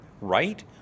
right